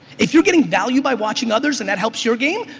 if you're getting value by watching others and that helps your game,